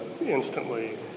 instantly